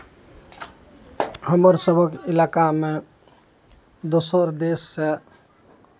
हमर सभक इलाकामे दोसर देशसँ